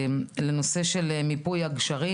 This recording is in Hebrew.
בנושא של מיפוי הגשרים